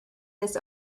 this